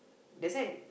that side